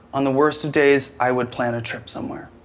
on the worst of days, i would plan a trip somewhere.